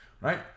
right